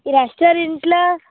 ఈ రెస్టారెంట్ లో